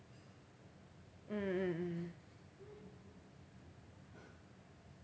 mm mm mm mm